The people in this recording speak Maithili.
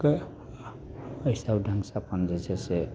तऽ ओहिसब ढङ्गसे अपन जे छै से